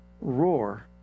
roar